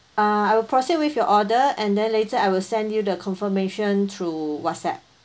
uh I will proceed with your order and then later I will send you the confirmation through whatsapp